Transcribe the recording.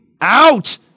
out